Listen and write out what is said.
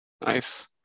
Nice